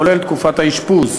כולל תקופת האשפוז.